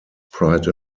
pride